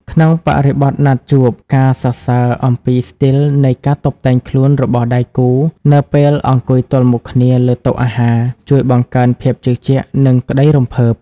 ក្នុងបរិបទណាត់ជួប ការសរសើរអំពីស្ទីលនៃការតុបតែងខ្លួនរបស់ដៃគូនៅពេលអង្គុយទល់មុខគ្នាលើតុអាហារ ជួយបង្កើនភាពជឿជាក់ និងក្ដីរំភើប។